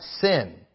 sin